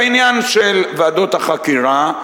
בעניין של ועדות החקירה,